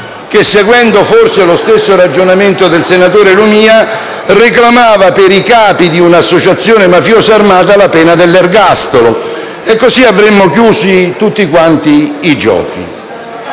che, seguendo forse lo stesso ragionamento del senatore Lumia, reclamava per i capi di un'associazione mafiosa armata la pena dell'ergastolo e così avremmo chiuso tutti quanti i giochi.